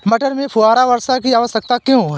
मटर में फुहारा वर्षा की आवश्यकता क्यो है?